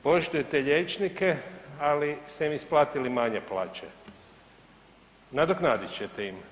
Poštujete liječnike ali ste im isplatili manje plaće, nadoknadit ćete im.